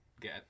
get